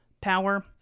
power